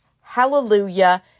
Hallelujah